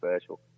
special